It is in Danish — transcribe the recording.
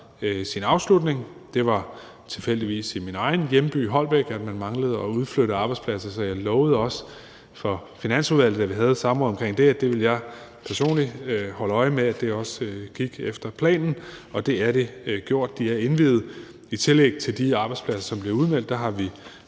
sin afslutning. Det var tilfældigvis i min egen hjemby, Holbæk, at man manglede at udflytte arbejdspladser, så jeg lovede også over for Finansudvalget, da vi havde et samråd om det, at det ville jeg personligt holde øje med også gik efter planen, og det har det gjort; de er indviet. I tillæg til de arbejdspladser, som blev udmeldt, har vi